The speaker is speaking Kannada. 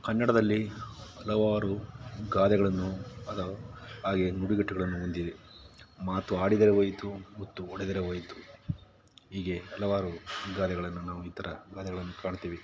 ಕನ್ನಡದಲ್ಲಿ ಹಲವಾರು ಗಾದೆಗಳನ್ನು ಹಾಗೆ ನುಡಿಗಟ್ಟುಗಳನ್ನು ಹೊಂದಿವೆ ಮಾತು ಆಡಿದರೆ ಹೋಯ್ತು ಮುತ್ತು ಒಡೆದರೆ ಹೋಯ್ತು ಹೀಗೆ ಹಲವಾರು ಗಾದೆಗಳನ್ನು ನಾವು ಈ ಥರ ಗಾದೆಗಳನ್ನು ಕಾಣ್ತೀವಿ